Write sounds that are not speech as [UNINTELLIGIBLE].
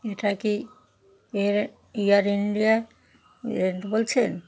এটা কি ইয়ার এয়ার ইন্ডিয়ার [UNINTELLIGIBLE] বলছেন